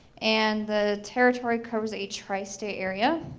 and the territory covers a tri-state area.